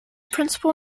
principal